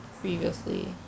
previously